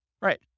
Right